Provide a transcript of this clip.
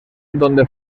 donde